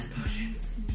potions